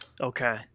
Okay